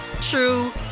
true